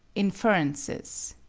inferences